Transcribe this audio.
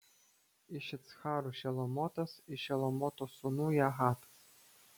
iš iccharų šelomotas iš šelomoto sūnų jahatas